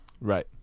Right